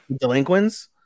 delinquents